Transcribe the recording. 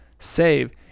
save